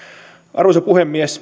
arvoisa puhemies